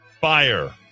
Fire